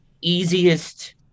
easiest